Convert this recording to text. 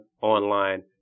online